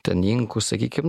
ten inkų sakykim